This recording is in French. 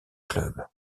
club